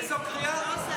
זה היה ראשונה.